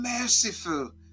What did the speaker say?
merciful